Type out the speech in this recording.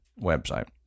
website